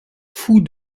fou